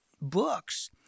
books